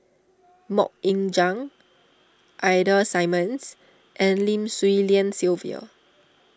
Mok Ying Jang Ida Simmons and Lim Swee Lian Sylvia